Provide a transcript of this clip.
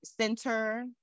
Center